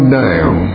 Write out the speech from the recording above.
down